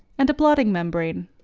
and a blotting membrane.